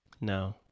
No